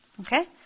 Okay